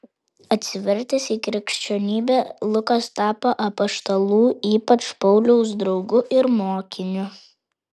atsivertęs į krikščionybę lukas tapo apaštalų ypač pauliaus draugu ir mokiniu